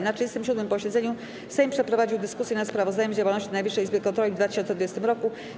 Na 37. posiedzeniu Sejm przeprowadził dyskusję nad sprawozdaniem z działalności Najwyższej Izby Kontroli w 2020 r.